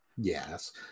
Yes